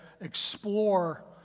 explore